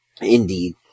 Indeed